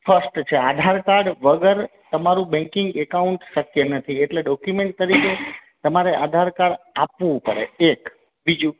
first છે Aadhaar card વગર તમારું બૅન્કિંગ એકાઉંટ શક્ય નથી એટલે ડોક્યુમેન્ટ તરીકે તમારે આધાર કાર્ડ આપવું પડે એક બીજું